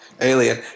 Alien